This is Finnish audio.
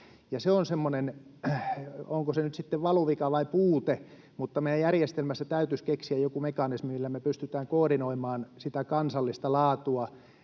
onko se nyt sitten valuvika vai puute, mutta meidän järjestelmässä täytyisi keksiä joku mekanismi, millä me pystytään koordinoimaan sitä kansallista laatua,